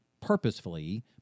purposefully